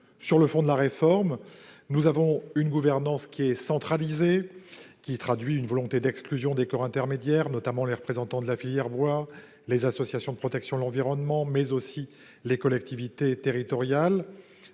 Sur le fond de la réforme, on nous propose une gouvernance centralisée, qui traduit une volonté d'exclusion des corps intermédiaires, notamment les représentants de la filière bois, les associations de protection de l'environnement, mais aussi les collectivités territoriales.